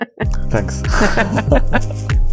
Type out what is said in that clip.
Thanks